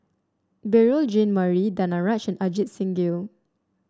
Beurel Jean Marie Danaraj and Ajit Singh Gill